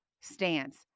stance